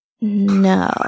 No